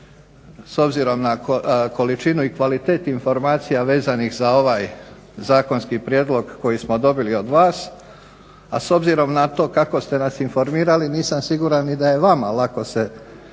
s obzirom na količinu i kvalitet informacija vezanih za ovaj zakonski prijedlog koji smo dobili od vas, a s obzirom na to kako ste nas informirali nisam siguran ni da je vama lako se